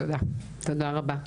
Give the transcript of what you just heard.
תודה רבה.